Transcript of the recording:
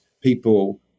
people